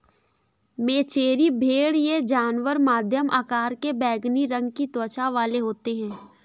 मेचेरी भेड़ ये जानवर मध्यम आकार के बैंगनी रंग की त्वचा वाले होते हैं